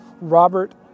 Robert